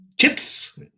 Chips